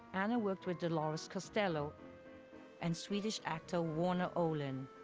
anna worked with dolores costello and swedish actor warner oland,